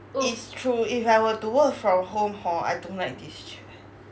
it's true if I were to work from home hor I don't like this chair